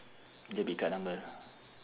debit card number